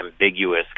ambiguous